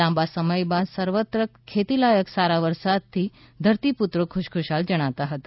લાંબા સમય બાદ સર્વત્ર ખેતીલાયક સારા વરસાદની હેલીથી ધરતીપુત્રો ખુશખુશાલ જણાતા હતા